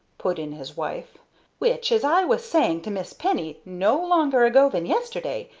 put in his wife which, as i were saying to miss penny no longer ago than yesterday,